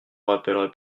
rappellerai